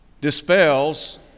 dispels